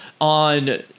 on